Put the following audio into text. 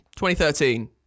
2013